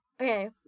Okay